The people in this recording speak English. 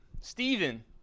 Stephen